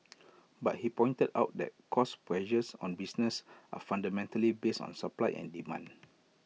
but he pointed out that cost pressures on businesses are fundamentally based on supply and demand